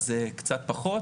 אז קצת פחות,